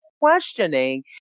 questioning